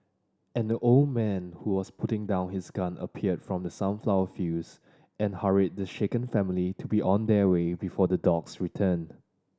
an old man who was putting down his gun appeared from the sunflower fields and hurried the shaken family to be on their way before the dogs return